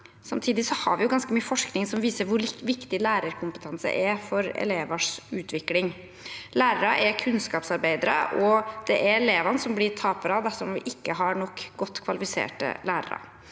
Samtidig har vi ganske mye forskning som viser hvor viktig lærerkompetanse er for elevers utvikling. Lærere er kunnskapsarbeidere, og det er elevene som blir taperne dersom vi ikke har nok godt kvalifiserte lærere.